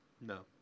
No